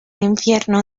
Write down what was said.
infierno